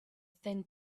thin